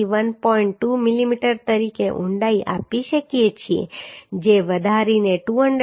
2 millimetre તરીકે ઊંડાઈ આપી શકીએ છીએ જે વધારીને 240 મિલીમીટર કરી શકાય છે